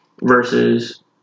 Versus